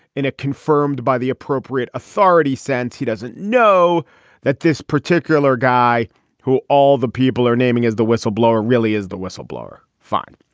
confirmed by the appropriate authorities sense he doesn't know that this particular guy who all the people are naming is the whistleblower really is the whistleblower fine